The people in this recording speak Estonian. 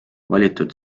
valitud